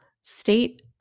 state